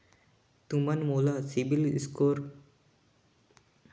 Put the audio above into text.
तुमन मन मोला सीबिल स्कोर के बारे म बताबो का?